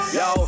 yo